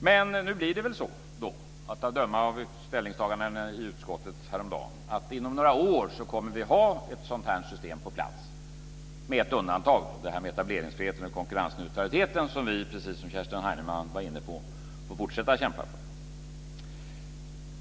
Men nu blir det väl så, att döma av ställningstagandena i utskottet häromdagen, att vi inom några år kommer att ha ett sådant här system på plats, med undantag för etableringsfriheten och konkurrensneutraliteten som vi, precis som Kerstin Heinemann var inne på, får fortsätta att kämpa för.